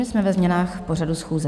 Jsme ve změnách pořadu schůze.